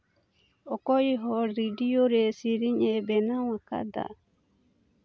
ᱚᱠᱚᱭ ᱦᱚᱲ ᱨᱮᱰᱤᱭᱳ ᱨᱮ ᱥᱮᱨᱮᱧᱮ ᱵᱮᱱᱟᱣ ᱟᱠᱟᱫᱟ